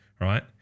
right